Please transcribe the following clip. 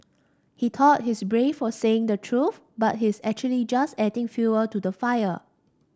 he thought he's brave for saying the truth but he's actually just adding fuel to the fire